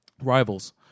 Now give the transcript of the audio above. Rivals